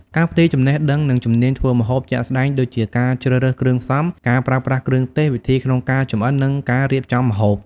ការផ្ទេរចំណេះដឹង និងជំនាញធ្វើម្ហូបជាក់ស្តែង ដូចជាការជ្រើសរើសគ្រឿងផ្សំ ការប្រើប្រាស់គ្រឿងទេស វិធីក្នុងការចម្អិន និងការរៀបចំម្ហូប។